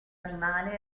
animale